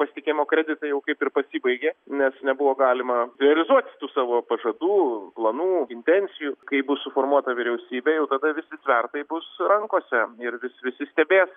pasitikėjimo kreditai jau kaip ir pasibaigė nes nebuvo galima realizuoti tų savo pažadų planų intencijų kai bus suformuota vyriausybė jau tada visi svertai bus rankose ir vis visi stebės